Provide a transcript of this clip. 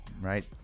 right